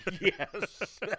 Yes